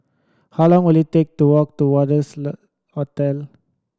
how long will it take to walk to Wanderlust Hotel